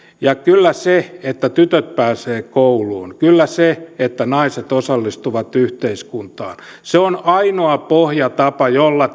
ja kyllä se että tytöt pääsevät kouluun kyllä se että naiset osallistuvat yhteiskuntaan on ainoa pohjatapa jolla